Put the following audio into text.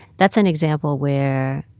that's an example where